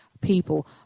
people